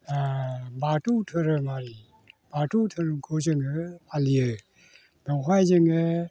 बाथौ धोरोमारि बाथौ धोरोमखौ जोङो फालियो बावहाय जोङो